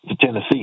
Tennessee